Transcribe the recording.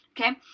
okay